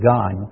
God